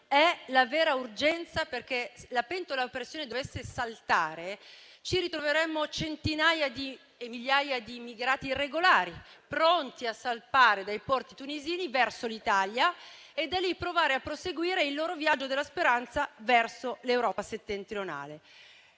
è la vera urgenza: se la pentola a pressione dovesse saltare, ci ritroveremo migliaia di immigrati irregolari, pronti a salpare dai porti tunisini verso l'Italia e da lì provare a proseguire il loro viaggio della speranza verso l'Europa settentrionale.